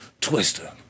Twister